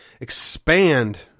expand